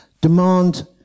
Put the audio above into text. demand